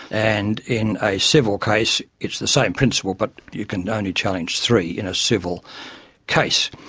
and in a civil case it's the same principle but you can only challenge three in a civil case.